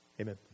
Amen